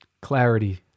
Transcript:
clarity